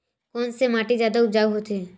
कोन से माटी जादा उपजाऊ होथे?